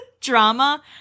Drama